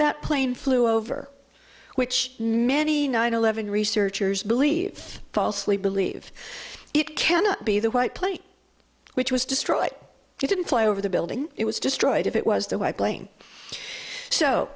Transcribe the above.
that plane flew over which many nine eleven researchers believe falsely believe it cannot be the white plate which was destroyed you didn't fly over the building it was destroyed if it was the